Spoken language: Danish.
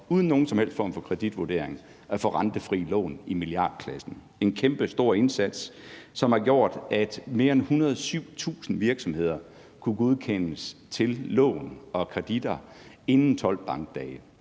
uden nogen som helst form for kreditvurdering at få rentefrie lån i milliardklassen. Det er en kæmpestor indsats, som har gjort, at mere end 107.000 virksomheder kunne godkendes til lån og kreditter inden for 12 bankdage.